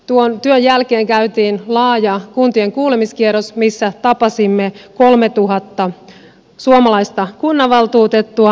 tuon työn jälkeen käytiin laaja kuntien kuulemiskierros missä tapasimme kolmetuhatta suomalaista kunnanvaltuutettua